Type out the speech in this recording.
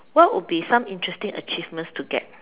what would be some interesting achievements to get